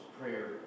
prayer